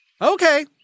Okay